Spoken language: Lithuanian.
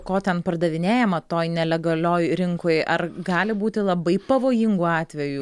ko ten pardavinėjama toj nelegalioj rinkoj ar gali būti labai pavojingų atvejų